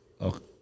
Okay